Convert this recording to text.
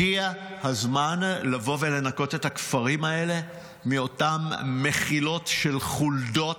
הגיע הזמן לבוא ולנקות את הכפרים האלה מאותם מחילות של חולדות,